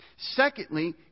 Secondly